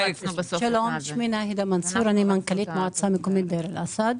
שלום, אני מנכ"לית מועצה מקומית דיר אל-אסד.